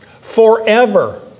Forever